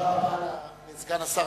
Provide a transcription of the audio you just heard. תודה לסגן השר.